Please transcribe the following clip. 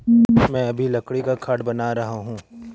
मैं अभी लकड़ी का खाट बना रहा हूं